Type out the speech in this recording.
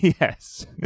Yes